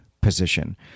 position